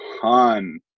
ton